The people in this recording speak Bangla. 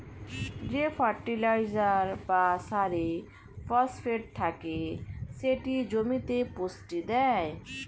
যে ফার্টিলাইজার বা সারে ফসফেট থাকে সেটি জমিতে পুষ্টি দেয়